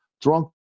drunk